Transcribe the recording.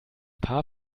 paar